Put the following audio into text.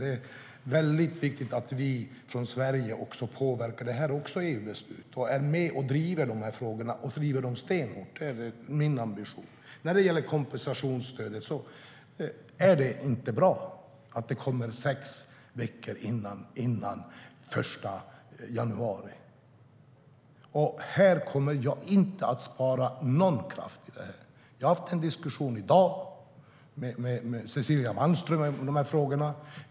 Det är väldigt viktigt att vi från Sverige påverkar EU-beslut, är med och driver frågorna och driver dem stenhårt. Det är min ambition. När det gäller kompensationsstödet är det inte bra att det kommer sex veckor före den 1 januari. Här kommer jag inte att spara någon kraft. Jag har i dag haft en diskussion med Cecilia Malmström om dessa frågor.